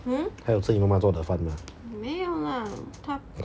它有吃你妈妈做的饭吗